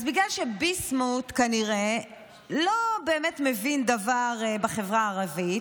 אז בגלל שביסמוט כנראה לא באמת מבין דבר בחברה הערבית,